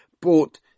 bought